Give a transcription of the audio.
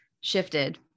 shifted